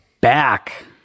back